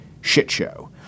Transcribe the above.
shitshow